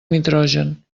nitrogen